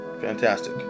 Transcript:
fantastic